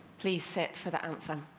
please sit for the and